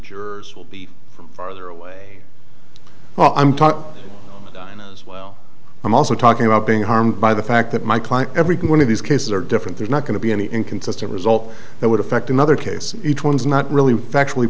jurors will be farther away well i'm talking as well i'm also talking about being harmed by the fact that my client every one of these cases are different there's not going to be any inconsistent result that would affect another case each one is not really factually